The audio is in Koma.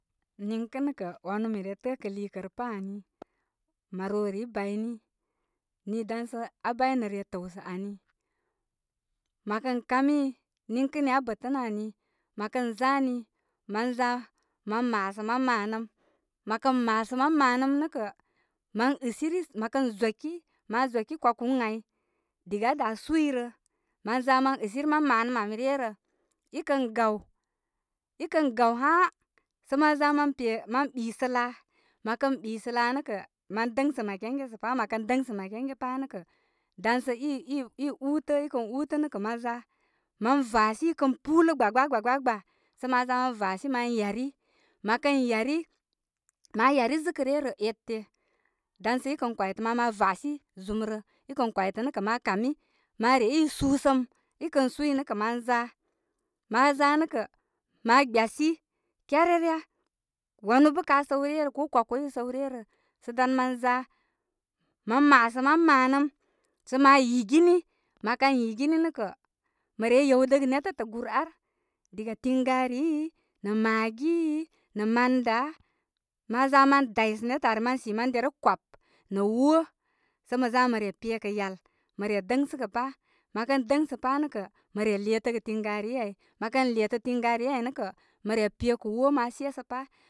Niŋkə' nə' kə' wanu mi re təə' kə liikə rə paani. Maro rii bayni. Nii dan sə aa baynə rye təwsə ani. Mə kə kami, niŋkə nii aa bətə nə' ani. Mə kə zani mən za mən maasə mam maanə ma mə, kən maaasan mam maanəm nə kə mən isi mə kə zoki. Ma zoki kwaku ai, diga aa daa suyi rə. Mə za mə ɨsiri mam maanəm ami ryə rə. i kə gaw i kə gaw had sə mən za mə pe, mə ɓisə laa. Mə kən ɓisə laa nə kə mən dəŋsə makeŋge sə' pa'. Mə dəŋsə makeŋge sə pa. mə dəŋsə makeŋge, sə pa' nə' kə'. Dan sə i, i, ulə. i kən utə nə kə', ma za mən vasi i kən pulə gbagba gbaa sə ma za ma va si ma yari. Məkən yari. Ma yari zɨkə ryə rəə ete. Dan sə i kən kwaytə ma, mən vasi zumrə. i kən kwaytə nə' kə ma kami. ma re i subarubar səm. i kən suy nə' kə' mə za, ma za nə' kə' ma gbyasi kyarere wanu bə ka səw ryə rə. Ko kwaku i səw ryə rə. Sə dan mə za, mən masə mam maanəm, sə ma yigini. Ma kən yigini nə kə, mə re yewdəgə hetatagur an. Diga, tiŋga rii, nə magii, nə man daa. Ma za mən day sə netə ari masi man derə kwap. Nə' woo sə mə za mə re pe kə' yal. Mə re dəŋsaga pa. Mə kə dəysə pa nə' kə', mə letəgə tiŋgarii ai nə' kə mo re pe kə woo mən sesə pa.